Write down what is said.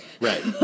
right